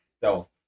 stealth